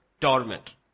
torment